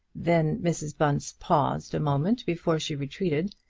then mrs. bunce paused a moment before she retreated,